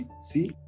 See